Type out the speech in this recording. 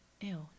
Ew